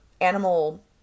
animal